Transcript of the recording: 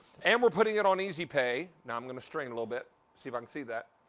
and we're putting it on easy pay. i'm going to strain a little bit see and see that.